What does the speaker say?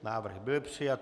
Návrh byl přijat.